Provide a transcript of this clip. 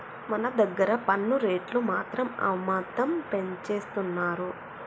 మన దగ్గర పన్ను రేట్లు మాత్రం అమాంతం పెంచేస్తున్నారు